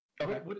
Okay